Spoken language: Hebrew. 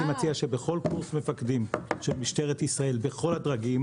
אני הייתי מציע שבכל קורס מפקדים של משטרת ישראל בכל הדרגים